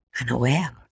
unaware